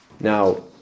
now